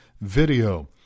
video